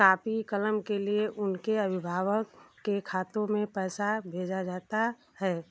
copy कलम के लिए उनके अभिभावक के खातों में पैसा भेजा जाता है